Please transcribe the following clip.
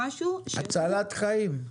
הצלת חיים.